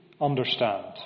understand